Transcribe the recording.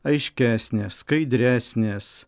aiškesnės skaidresnės